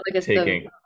taking